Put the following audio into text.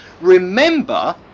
remember